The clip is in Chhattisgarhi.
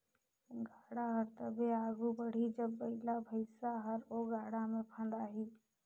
गाड़ा हर तबे आघु बढ़ही जब बइला भइसा हर ओ गाड़ा मे फदाही